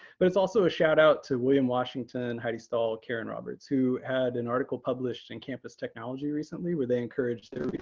but it's also a shout out to william washington, heidi stall, karen roberts, who had an article published in campus technology recently where they encouraged their but